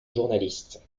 journaliste